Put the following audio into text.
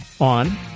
on